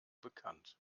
bekannt